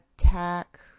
attack